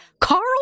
Carl